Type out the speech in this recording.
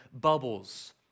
bubbles